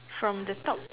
from the top